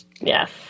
Yes